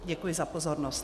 Děkuji za pozornost.